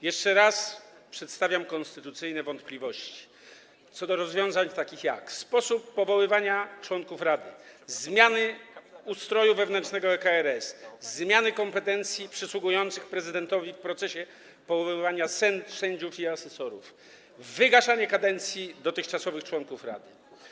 Jeszcze raz przedstawiam konstytucyjne wątpliwości co do rozwiązań takich jak sposób powoływania członków rady, zmiany ustroju wewnętrznego KRS, zmiany kompetencji przysługujących prezydentowi w procesie powoływania sędziów i asesorów, wygaszanie kadencji dotychczasowych członków rady.